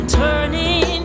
turning